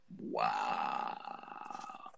Wow